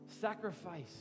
Sacrifice